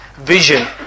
vision